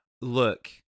Look